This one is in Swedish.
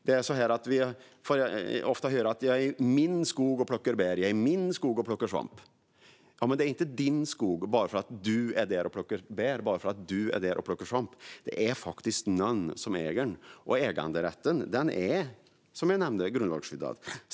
Jag får ofta höra: Jag är i min skog och plockar bär, jag är i min skog och plockar svamp! Men nej, det är inte din skog bara för att du är där och plockar bär eller svamp. Det är faktiskt någon som äger den, och äganderätten är som jag nämnde grundlagsskyddad.